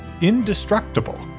indestructible